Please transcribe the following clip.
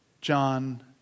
John